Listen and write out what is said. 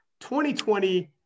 2020